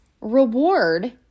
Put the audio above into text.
reward